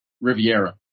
Riviera